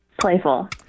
Playful